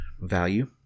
value